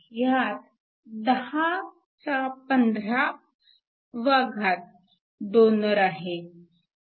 ह्यात 1015 डोनर आहेत